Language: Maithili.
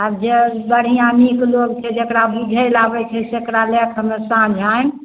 आब जे बढ़िऑं नीक लोग छै जेकरा बूझय लए आबै छै तेकरा लैके हम्मे साँझ आयब